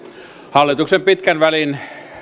hallituksen pitkän välin